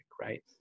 Right